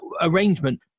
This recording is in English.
arrangement